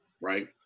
right